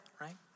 right